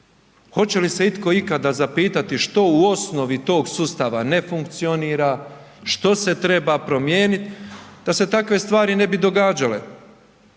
Hoće li se itko ikada zapitati što u osnovi tog sustava ne funkcionira, što se treba promijenit da se takve stvari ne bi događale?